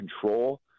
control